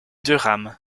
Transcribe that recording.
durham